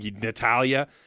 Natalia